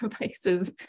devices